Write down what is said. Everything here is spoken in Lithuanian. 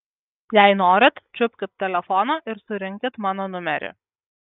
jei norit čiupkit telefoną ir surinkit mano numerį